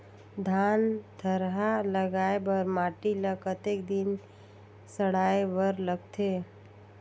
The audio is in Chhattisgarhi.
धान थरहा लगाय बर माटी ल कतेक दिन सड़ाय बर लगथे?